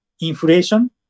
inflation